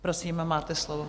Prosím, máte slovo.